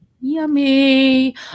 Yummy